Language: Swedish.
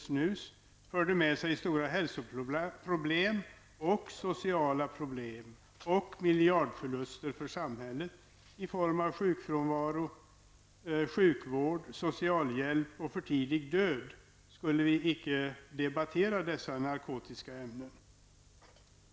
snus -- förde med sig stora hälsoproblem, sociala problem och miljardförluster för samhället i form av sjukfrånvaro, sjukvård, socialhjälp och för tidig död skulle vi inte debattera dessa narkotiska ämnen.